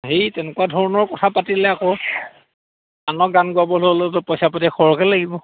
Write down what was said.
হেই তেনেকুৱা ধৰণৰ কথা পাতিলে আকৌ আনক গান গোৱাবলৈ হ'লেতো পইচা পাতি সৰহকে লাগিব